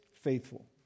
faithful